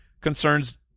concerns